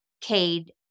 Cade